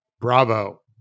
bravo